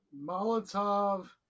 Molotov